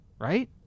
right